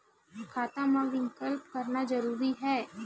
खाता मा विकल्प करना जरूरी है?